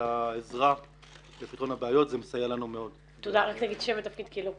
העזרה לפתרון הבעיות זה מסייע לנו מאוד וזה פעילות מבורכת.